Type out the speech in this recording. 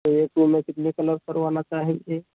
तो एक रूम में कितने कलर करवाना चाहेंगे